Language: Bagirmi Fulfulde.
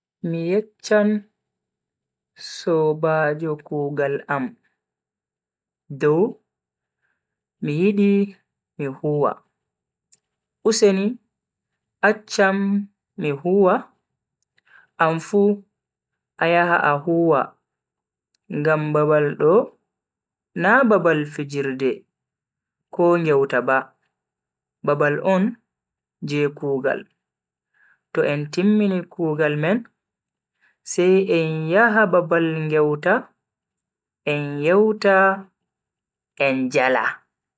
Miyeccham sobajo kugal am dow mi yidi mi huwa useni accham mi huwa. anfu a yaha a huwa ngam babal do na babal fijirde ko ngewta ba, babal on je kugal, to en timmini kugal men sai en yahal babal ngewta en yewta en jala.